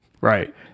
Right